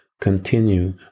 continue